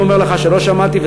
אני אומר לך שלא שמעתי,